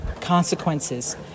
consequences